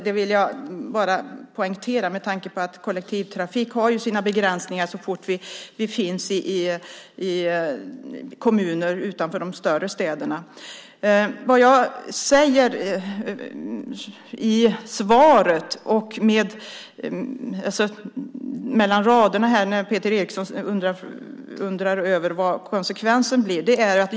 Det vill jag poängtera med tanke på att kollektivtrafik har sina begränsningar så fort vi finns i kommuner utanför de större städerna. Peter Eriksson undrar över vad konsekvensen blir.